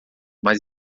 mas